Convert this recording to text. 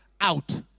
out